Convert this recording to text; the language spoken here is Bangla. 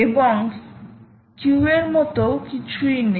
এবং কিউ এর মত কিছুই নেই